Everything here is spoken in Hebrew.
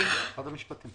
משרד המשפטים.